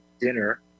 dinner